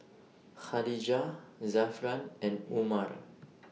Khatijah Zafran and Umar